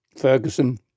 Ferguson